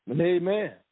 Amen